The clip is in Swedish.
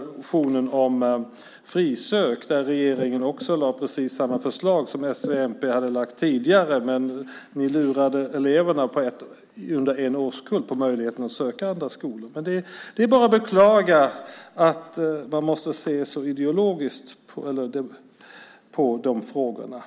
Där lade regeringen fram precis samma förslag som s, v och mp hade lagt fram tidigare. Men ni lurade en årskull av eleverna, som missade möjligheten att söka till andra skolor. Det är bara att beklaga att man måste se så ideologiskt på de frågorna.